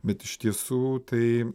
bet iš tiesų tai